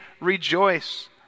rejoice